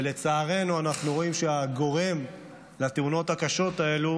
ולצערנו, אנחנו רואים שהגורם לתאונות הקשות האלו